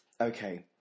Okay